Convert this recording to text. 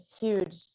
huge